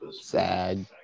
Sad